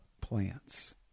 plants